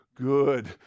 good